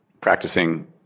practicing